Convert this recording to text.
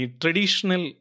traditional